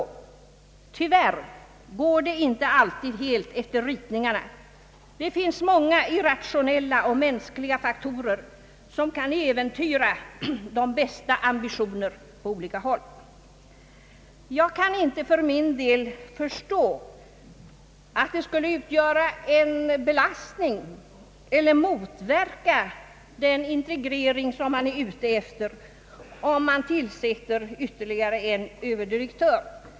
Tyvärr går det dock inte alltid helt efter ritningarna. Det finns många irrationella mänskliga faktorer som kan äventyra de bästa ambitioner på olika håll. Jag kan för min del inte förstå att det skulle utgöra en belastning att tillsätta ytterligare en överdi rektör, eller att det skulle motverka den integrering som man är ute efter.